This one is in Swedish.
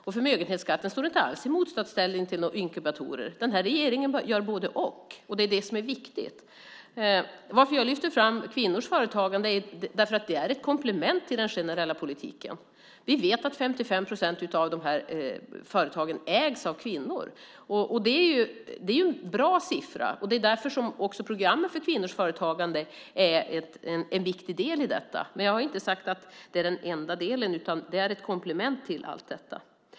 Och förmögenhetsskatten står inte alls i motsatsställning till inkubatorer. Den här regeringen gör både-och. Det är det som är viktigt. Anledningen till att jag lyfte fram kvinnors företagande är att detta är ett komplement till den generella politiken. Vi vet att 55 procent av de här företagen ägs av kvinnor. Det är en bra siffra. Det är därför som också programmet för kvinnors företagande är en viktig del i detta. Men jag har inte sagt att det är den enda delen, utan det är ett komplement till allt detta.